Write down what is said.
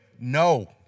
no